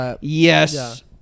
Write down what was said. Yes